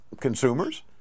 consumers